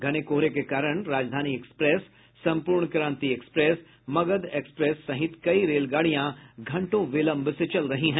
घने कोहरे के कारण राजधानी एक्सप्रेस संपूर्ण क्रांति मगध एक्सप्रेस सहित कई रेलगाड़ियां घंटों विलंब से चल रही हैं